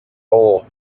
hole